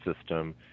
system